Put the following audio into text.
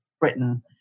Britain